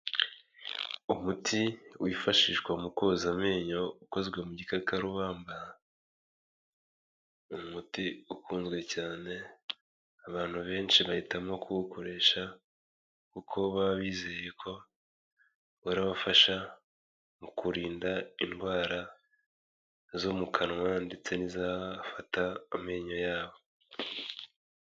Umuti wifashishwa mu koza amenyo ukozwe mu gikakarubamba, umuti ukunzwe cyane, abantu benshi bahitamo kuwukoresha kuko baba bizeye ko urabafasha mu kurinda indwara zo mu kanwa ndetse n'izafata amenyo yabo.